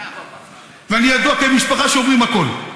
ואני ידוע כמשפחה שבה אומרים הכול.